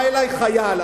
בא אלי חייל,